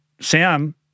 Sam